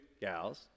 gals